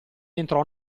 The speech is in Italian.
entrò